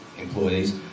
employees